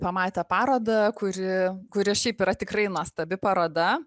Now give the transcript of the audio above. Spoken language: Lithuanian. pamatę parodą kuri kuri šiaip yra tikrai nuostabi paroda